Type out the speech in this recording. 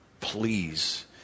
please